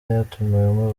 yatumiwemo